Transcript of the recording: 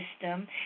system